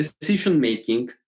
decision-making